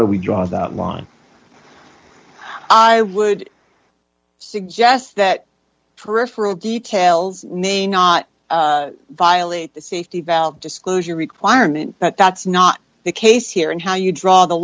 do we draw that line i would suggest that peripheral details name not six violate the safety valve disclosure requirement but that's not the case here and how you draw the